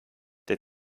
der